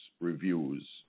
reviews